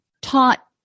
taught